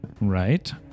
Right